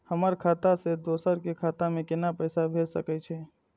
हमर खाता से दोसर के खाता में केना पैसा भेज सके छे?